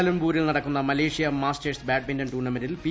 കാലലംപൂരിൽ നടക്കുന്ന Malaysia Masters badminton ടൂർണമെന്റിൽ P